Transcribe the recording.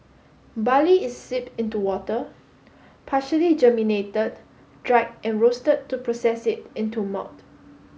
barley is steep in to water partially germinated dried and roasted to process it into malt